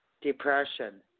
depression